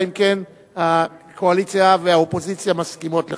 אלא אם כן הקואליציה והאופוזיציה מסכימות לכך.